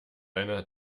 eine